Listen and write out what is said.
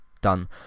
done